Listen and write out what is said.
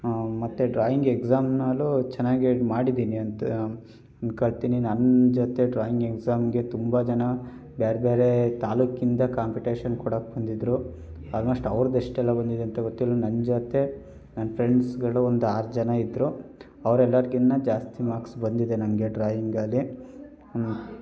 ಮತ್ತು drawing exam ಮೇಲೂ ಚೆನ್ನಾಗೆ ಮಾಡಿದ್ದೀನಿ ಅಂತ ಅಂದ್ಕೊಳ್ತೀನಿ ನನ್ನ ಜೊತೆ ಡ್ರಾಯಿಂಗ್ ಎಕ್ಝಾಮ್ಗೆ ತುಂಬ ಜನ ಬೇರೆ ಬೇರೆ ತಾಲ್ಲೂಕಿಂದ ಕಾಂಪಿಟೇಶನ್ ಕೊಡೋಕೆ ಬಂದಿದ್ದರು ಆಲ್ಮೋಸ್ಟ್ ಅವ್ರ್ದು ಎಷ್ಟೆಲ್ಲ ಬಂದಿದೆ ಅಂತ ಗೊತ್ತಿಲ್ಲ ನನ್ನ ಜೊತೆ ನನ್ನ ಫ್ರೆಂಡ್ಸ್ಗಳು ಒಂದು ಆರು ಜನ ಇದ್ದರು ಅವ್ರೆಲ್ಲರ್ಗಿನ್ನ ಜಾಸ್ತಿ ಮಾರ್ಕ್ಸ್ ಬಂದಿದೆ ನನಗೆ ಡ್ರಾಯಿಂಗಲ್ಲಿ